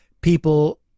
people